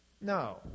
No